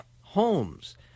homes